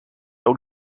own